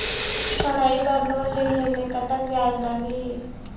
पढ़ई बर लोन लेहे ले कतक ब्याज लगही?